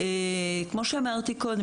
כמו שאמרתי קודם,